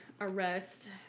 arrest